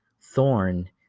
thorn